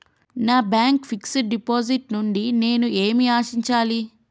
నా bank fixed deposit నుండి నేను ఏమి ఆశించాలి?